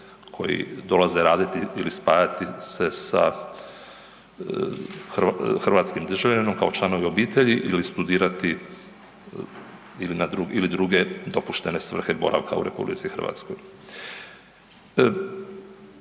koji dolaze raditi ili spajati se sa hrvatskim državljaninom kao članovi obitelji ili studirati ili na druge, ili druge dopuštene svrhe boravka u RH. Hrvatska